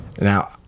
Now